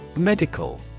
Medical